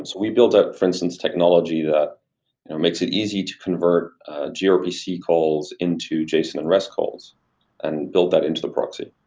we build that for instance technology that makes it easy to convert grpc calls into json and rest calls and build that into the proxy.